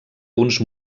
uns